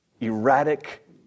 erratic